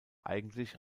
eigentlich